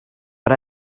but